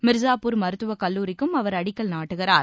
மிர்சாப்பூர் மருத்துவக் கல்லூரிக்கும ்அவர் அடிக்கல் நாட்டுகிறார்